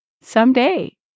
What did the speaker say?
someday